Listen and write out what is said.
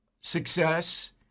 success